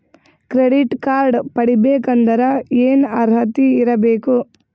Credit card ಪಡಿಬೇಕಂದರ ಏನ ಅರ್ಹತಿ ಇರಬೇಕು?